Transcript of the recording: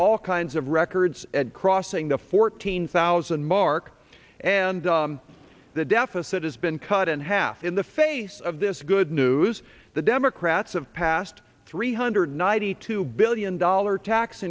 all kinds of records at crossing the fourteen thousand mark and the deficit has been cut in half in the face of this good news the democrats of passed three hundred ninety two billion dollar tax